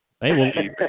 Hey